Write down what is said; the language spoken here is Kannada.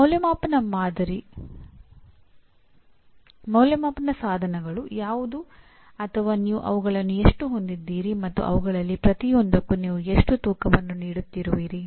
ಅಂದಾಜುವಿಕೆಯ ಸಾಧನಗಳು ಯಾವುದು ಅಥವಾ ನೀವು ಅವುಗಳನ್ನು ಎಷ್ಟು ಹೊಂದಿದ್ದೀರಿ ಮತ್ತು ಅವುಗಳಲ್ಲಿ ಪ್ರತಿಯೊಂದಕ್ಕೂ ನೀವು ಎಷ್ಟು ತೂಕವನ್ನು ನೀಡುತ್ತಿರುವಿರಿ